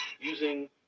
using